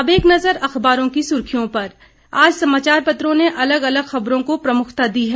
अब एक नजर अखबारों की सुर्खियों पर आज समाचार पत्रों ने अलग अलग खबरों को प्रमुखता दी है